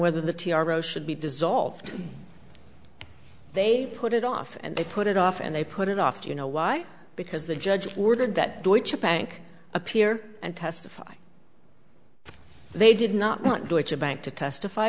whether the t r o should be dissolved they put it off and they put it off and they put it off to you know why because the judge ordered that deutsche bank appear and testify they did not do it's a bank to testify